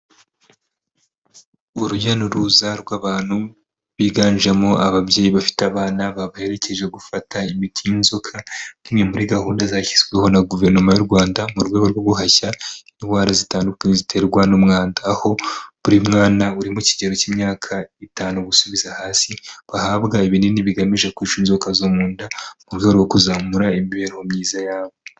Urujya n'uruza rw'abantu biganjemo ababyeyi bafite abana babaherekeje gufata imiti y'inzoka nk'imwe muri gahunda zashyizweho na guverinoma y'u Rwanda mu rwego rwo guhashya indwara zitandukanye ziterwa n'umwanda aho buri mwana uri mu kigero cy'imyaka itanu gusubiza hasi bahabwa ibinini bigamije kwica inzoka zo mu nda mu rwego kuzamura imibereho myiza yabo.